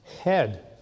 head